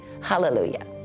Hallelujah